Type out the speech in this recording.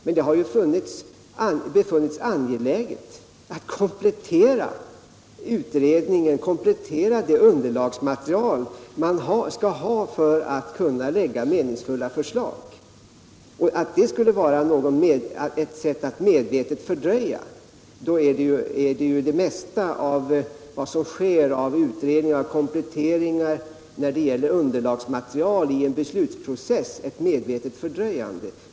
Men det har ju befunnits angeläget att komplettera utredningen, komplettera det underlagsmaterial man skall ha för att kunna lägga fram meningsfulla förstag. Om det skulle vara ett sätt att medvetet fördröja är ju det mesta av vad som sker i form av utredningar och kompletteringar när det gäller underlagsmaterial i en beslutsprocess ett medvetet fördröjande.